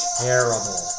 terrible